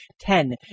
Ten